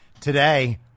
Today